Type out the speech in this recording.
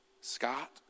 Scott